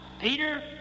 Peter